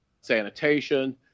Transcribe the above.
sanitation